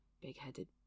Big-headed